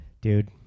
dude